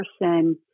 person